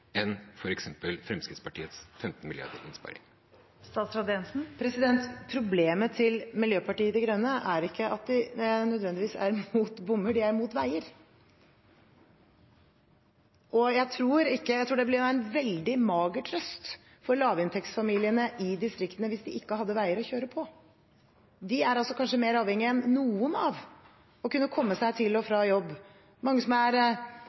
enn f.eks. Fremskrittspartiets 15 mrd. kr i innsparing? Problemet til Miljøpartiet De Grønne er ikke at de nødvendigvis er imot bommer, men at de er imot veier. Jeg tror det ville være en veldig mager trøst for lavinntektsfamiliene i distriktene at de ikke hadde veier å kjøre på. De er kanskje mer avhengige enn noen av å kunne komme seg til og fra jobb med bil. Det er mange som er